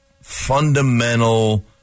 fundamental